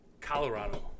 Colorado